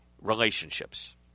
relationships